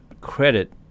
credit